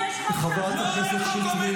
ישראל צריכים לדעת היום זה שזה חוק אופרטיבי אמיתי.